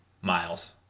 miles